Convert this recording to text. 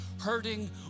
hurting